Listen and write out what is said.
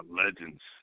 legends